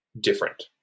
different